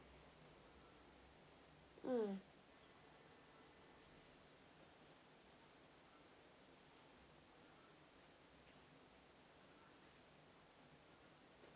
mm